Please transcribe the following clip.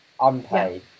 unpaid